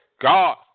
God